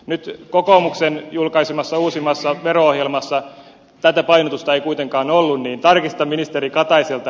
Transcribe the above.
koska kokoomuksen julkaisemassa uusimmassa vero ohjelmassa tätä painotusta ei kuitenkaan ollut niin tarkistan ministeri kataiselta